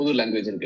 language